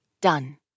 Done